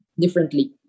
differently